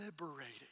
liberating